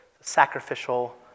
Sacrificial